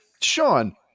Sean